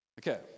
Okay